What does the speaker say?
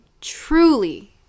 truly